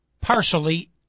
partially